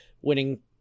winning